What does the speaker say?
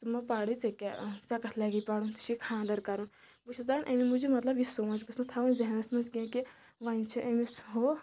ژٕ مہٕ پَرٕے ژےٚ کیاہ ژےٚ کَتھ لَگی پَرُن ژےٚ چھِ خاندَر کَرُن بہٕ چھس دَپان اَمی موٗجوٗب مطلب یہِ سونٛچ گٔژھ نہٕ تھَاوٕنۍ ذہنَس منٛز کینٛہہ کہ وۄنۍ چھِ أمِس ہُہ